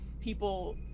people